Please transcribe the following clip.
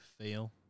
feel